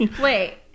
Wait